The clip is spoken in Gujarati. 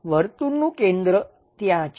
વર્તુળનું કેન્દ્ર ત્યાં છે